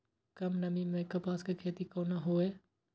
कम नमी मैं कपास के खेती कोना हुऐ?